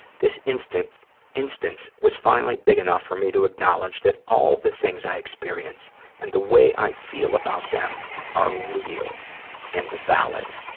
this instance instance was finally big enough for me to acknowledge that all the things i experience and the way i feel about them are real and valid,